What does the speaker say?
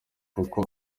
kuko